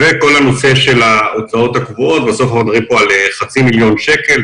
כל הנושא של ההוצאות הקבועות ובסוף מדברים כאן על חצי מיליון שקלים,